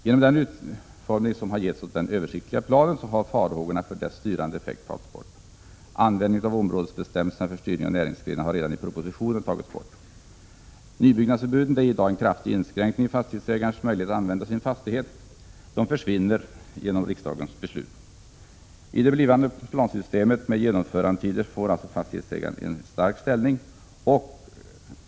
Genom den utformning som har getts åt den översiktliga planen har farhågorna för dess styrande effekter tagits bort. Användningen av områdes = Prot. 1986/87:36 bestämmelserna för styrning av näringsgrenar har redan i propositionen 26 november 1986 tagits bort. Nybyggnadsförbuden är i dag en kraftig inskränkning i fastighetsägarens möjlighet att använda sin fastighet. De försvinner genom riksdagens beslut. I det blivande plansystemet med genomförandetider får alltså fastighetsägaren en stark ställning.